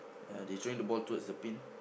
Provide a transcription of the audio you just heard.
ya they throwing the ball towards the pin